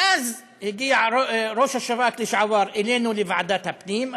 ואז הגיע ראש השב"כ לשעבר אלינו לוועדת הפנים,